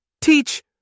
Teach